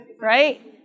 Right